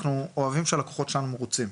אנחנו אוהבים שהלקוחות שלנו מרוצים.